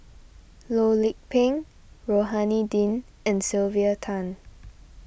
Loh Lik Peng Rohani Din and Sylvia Tan